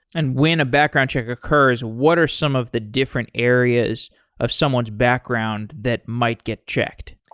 and when a background check occurs, what are some of the different areas of someone's background that might get checked?